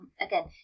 again